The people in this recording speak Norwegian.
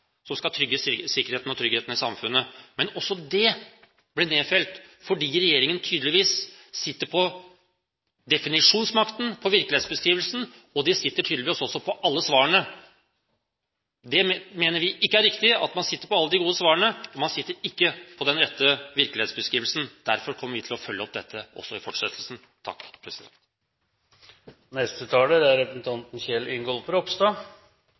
som skal sikre tryggheten i samfunnet. Men også det ble nedstemt, fordi regjeringen tydeligvis sitter med definisjonsmakten, med virkelighetsbeskrivelsen, og de sitter tydeligvis også på alle svarene. Vi mener det ikke er riktig at de sitter med alle de gode svarene, og at de har den rette virkelighetsbeskrivelsen. Derfor kommer vi til å følge opp dette – også i fortsettelsen.